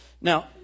Now